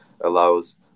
allows